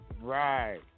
Right